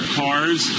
cars